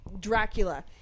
Dracula